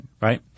right